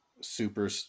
super